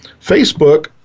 Facebook